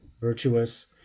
virtuous